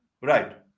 Right